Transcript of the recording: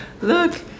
look